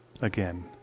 again